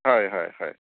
হয় হয় হয়